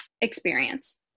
experience